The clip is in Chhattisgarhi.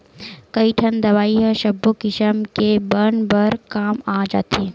कइठन दवई ह सब्बो किसम के बन बर काम आ जाथे